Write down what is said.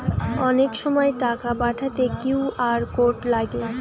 অনেক সময় টাকা পাঠাতে কিউ.আর কোড লাগে